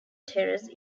terrace